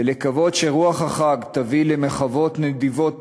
ולקוות שרוח החג תביא למחוות נדיבות